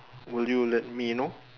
will you let me know